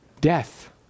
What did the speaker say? death